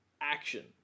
action